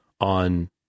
on